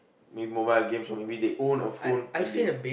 maybe mobile games or maybe they own a phone and they